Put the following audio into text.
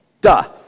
Duh